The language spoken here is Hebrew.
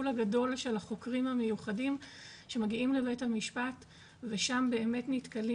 הגדול של החוקרים המיוחדים שמגיעים לבית המשפט ושם באמת הנתקלים